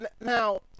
Now